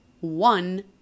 one